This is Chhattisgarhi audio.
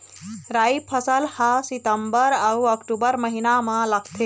राई फसल हा सितंबर अऊ अक्टूबर महीना मा लगथे